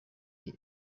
iyo